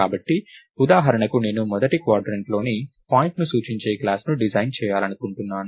కాబట్టి ఉదాహరణకు నేను మొదటి క్వాడ్రంట్లోని పాయింట్ను సూచించే క్లాస్ ని డిజైన్ చేయాలనుకుంటున్నాను